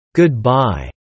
goodbye